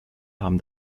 haben